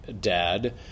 dad